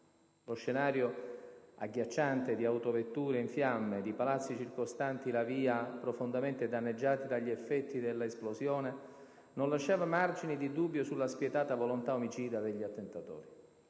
Lo scenario agghiacciante di autovetture in fiamme, di palazzi circostanti la via profondamente danneggiati dagli effetti dell'esplosione non lasciava margini di dubbio sulla spietata volontà omicida degli attentatori.